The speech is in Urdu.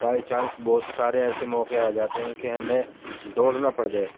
بائی چانس بہت سارے ایسے موقعے آ جاتے ہیں کہ ہمیں دوڑنا پڑ جائے